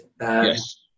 Yes